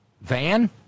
van